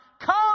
Come